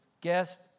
guest